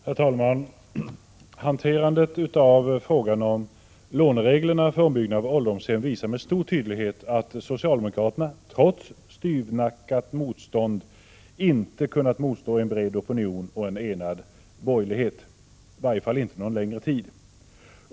Herr talman! Hanterandet av frågan om lånereglerna för ombyggnad av ålderdomshem visar med stor tydlighet att socialdemokraterna, trots styvnackat motstånd, inte har kunnat motstå en bred opinion och en enad borgerlighet, i varje fall inte någon längre tid.